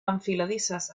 enfiladisses